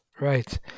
Right